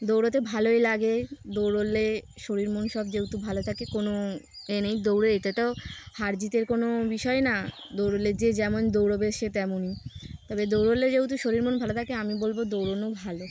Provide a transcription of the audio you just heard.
দৌড়াতে ভালোই লাগে দৌড়লে শরীর মন সব যেহেতু ভালো থাকে কোনো এ নেই দৌড়ে এটাটাও হারজিতের কোনো বিষয় না দৌড়লে যে যেমন দৌড়বে সে তেমনই তবে দৌড়লে যেহেতু শরীর মন ভালো থাকে আমি বলবো দৌড়নও ভালো